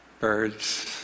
birds